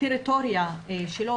בטריטוריה שלו,